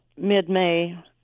mid-May